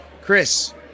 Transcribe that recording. Chris